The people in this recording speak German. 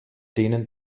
denen